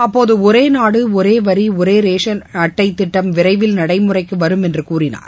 அப்போது ஒரேநாடு ஒரே வரி ஒரே ரேஷன் அட்டை திட்டம் விரைவில் நடைமுறைக்கு வரும் என்று கூறினார்